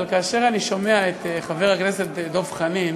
אבל כאשר אני שומע את חבר הכנסת דב חנין,